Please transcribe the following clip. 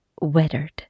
weathered